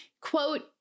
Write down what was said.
Quote